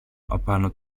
απάνω